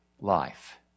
life